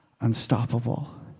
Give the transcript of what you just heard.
unstoppable